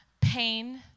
pain